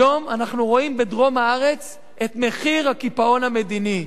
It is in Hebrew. היום אנחנו רואים בדרום הארץ את מחיר הקיפאון המדיני.